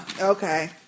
okay